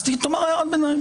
אז תעיר הערת ביניים,